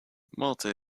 malta